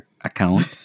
account